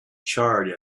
charred